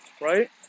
right